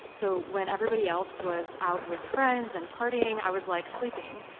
so when everybody else was out with friends and partying, i was like sleeping.